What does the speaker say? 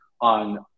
on